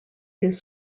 his